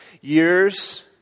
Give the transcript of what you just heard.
years